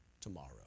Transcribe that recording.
tomorrow